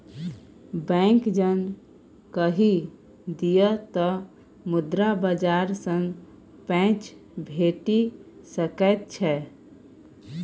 bank जँ कहि दिअ तँ मुद्रा बाजार सँ पैंच भेटि सकैत छै